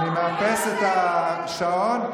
אני מאפס את השעון.